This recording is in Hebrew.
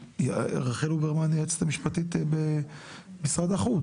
רחל אוברמן היא היועצת המשפטית במשרד החוץ.